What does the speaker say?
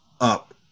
up